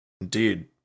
Indeed